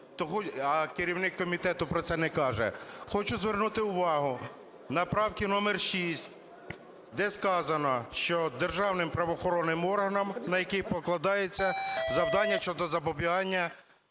а керівник комітету про це не каже. Хочу звернути увагу на правку номер 6, де сказано, що державним правоохоронним органом, на який покладається завдання щодо запобігання,